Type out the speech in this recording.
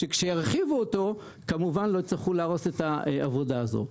וכאשר ירחיבו אותו לא יצטרכו להרוס את העבודה הזאת.